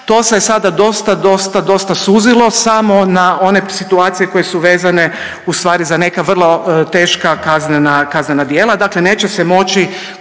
To se sada dosta, dosta, dosta suzilo samo na one situacije koje su vezane u stvari za neka vrlo teška kaznena djela. Dakle, neće se moći